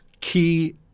key